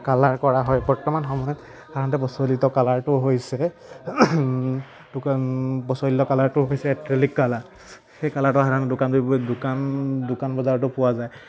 colour কৰা হয় বৰ্তমান সময়ত সাধাৰণতে প্ৰচলিত কালাৰটো হৈছে দোকান প্ৰচলিত কালাৰটো হৈছে এক্ৰেলিক কালাৰ সেই কালাৰটো সাধাৰণতে দোকান দোকান দোকান বজাৰতো পোৱা যায়